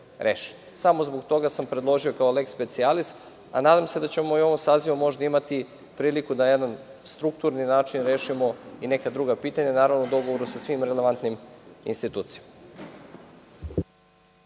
zbog toga sam predložio kao leks specijalis, a nadam se da ćemo u ovom sazivu možda imati priliku da jedan strukturni način rešimo i neka druga pitanja, naravno u dogovoru sa svim relevantnim institucijama.